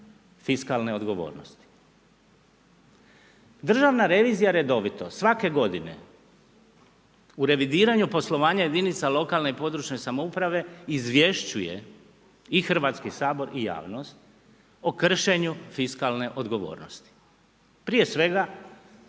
fiskalnih odgovornosti. Državna revizija je redovita, svake g. u revidiranju poslovanja jedinice lokalne i područne samouprave izvješćuje i Hrvatski sabor i javnost o kršenju fiskalne odgovornosti, prije svega